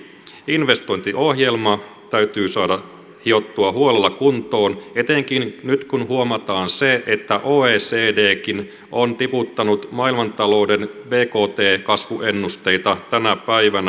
investointiohjelma täytyy saada hiottua huolella kuntoon etenkin nyt kun huomataan se että oecdkin on tiputtanut maailmantalouden bkt kasvuennusteita tänä päivänä